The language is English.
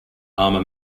armor